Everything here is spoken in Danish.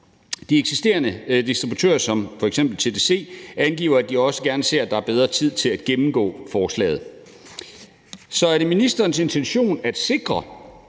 De eksisterende distributører som f.eks. TDC angiver, at de også gerne ser, at der er bedre tid til at gennemgå forslaget. Så er det ministerens intention at sikre,